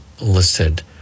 listed